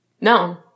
no